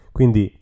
Quindi